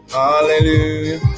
hallelujah